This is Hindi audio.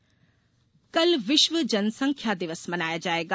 जनसंख्या दिवस कल विश्व जनसंख्या दिवस मनाया जायेगा